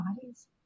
bodies